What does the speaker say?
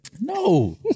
No